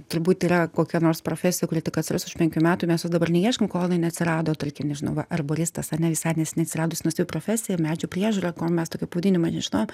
turbūt yra kokia nors profesija kuri tik atsiras už penkių metų mes jos dabar neieškom kol jinai neatsirado tarkim nežinau arboristas ar ne visai neseniai atsiradus nauja profesija medžių priežiūra kol mes tokio pavadinimo nežinojom